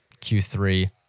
Q3